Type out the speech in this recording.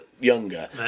younger